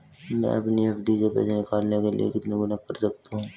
मैं अपनी एफ.डी से पैसे निकालने के लिए कितने गुणक कर सकता हूँ?